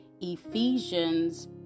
Ephesians